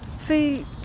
See